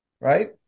Right